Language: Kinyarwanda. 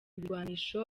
ibirwanisho